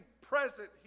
present